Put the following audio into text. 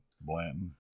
Blanton